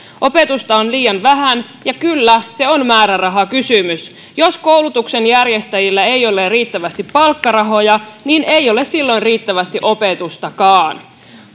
opetusta on liian vähän ja kyllä se on määrärahakysymys jos koulutuksen järjestäjillä ei ole riittävästi palkkarahoja niin ei ole silloin riittävästi opetustakaan